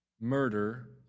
murder